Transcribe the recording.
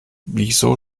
wieso